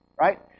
right